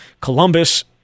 Columbus